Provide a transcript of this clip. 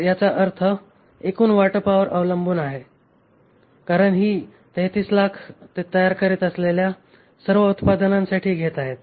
तर याचा अर्थ एकूण वाटपावर अवलंबून आहे कारण ही 3300000 ते तयार करीत असलेल्या सर्व उत्पादनांसाठी घेत आहेत